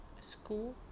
School